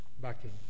backing